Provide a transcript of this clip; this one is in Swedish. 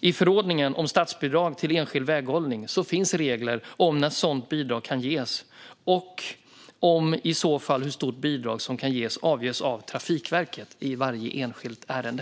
I förordningen om stadsbidrag till enskild väghållning finns reglerna om när sådant bidrag kan ges. Om och i så fall hur stort bidrag som kan ges avgörs av Trafikverket i varje enskilt ärende.